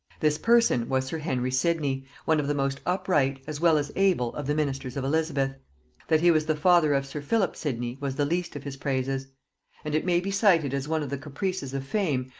this person was sir henry sidney, one of the most upright as well as able of the ministers of elizabeth that he was the father of sir philip sidney was the least of his praises and it may be cited as one of the caprices of fame,